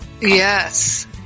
yes